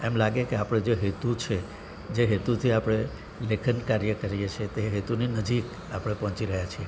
એમ લાગે કે આપણો જે હેતુ છે જે હેતુથી આપણે લેખન કાર્ય કરીએ છે તે હેતુની નજીક આપણે પહોંચી રહ્યા છીએ